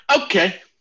Okay